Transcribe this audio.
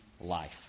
life